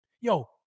yo